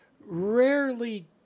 rarely